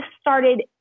started